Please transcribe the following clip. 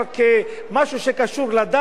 כמשהו שקשור לדת,